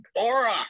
aura